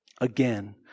Again